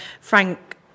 Frank